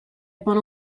upon